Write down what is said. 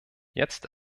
jetzt